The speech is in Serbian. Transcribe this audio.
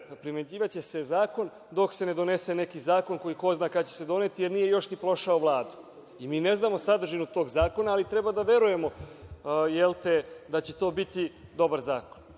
Primenjivaće se zakon dok se ne donese neki zakon koji će se ko zna kada doneti, jer nije još ni prošao Vladu i ne znamo sadržinu tog zakona, ali treba da verujemo da će to biti dobar zakon.